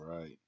Right